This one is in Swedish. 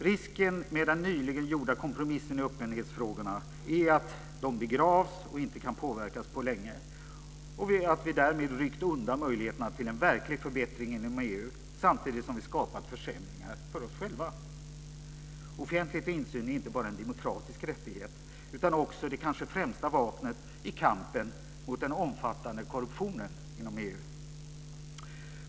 Risken med den nyligen gjorda kompromissen i öppenhetsfrågorna är att de begravs och inte kan påverkas på länge och att vi därmed ryckt undan möjligheterna till en verklig förbättring inom EU samtidigt som vi skapat försämringar för oss själva. Offentlighet och insyn är inte bara en demokratisk rättighet utan också det kanske främsta vapnet i kampen mot den omfattande korruptionen inom EU.